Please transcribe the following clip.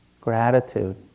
gratitude